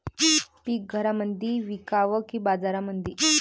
पीक घरामंदी विकावं की बाजारामंदी?